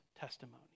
testimony